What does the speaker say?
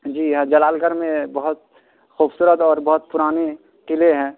جی ہے جلال گڑھ میں بہت خوبصورت اور بہت پرانے قلعے ہیں